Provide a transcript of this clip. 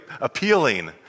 appealing